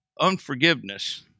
unforgiveness